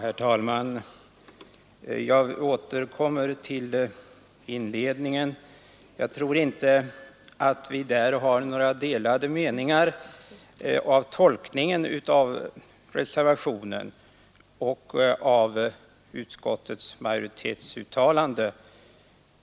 Fru talman! Jag återkommer till inledningen. Jag tror inte att vi har några delade meningar om tolkningen av reservationen och av utskottets majoritetsuttalande.